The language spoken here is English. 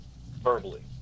Verbally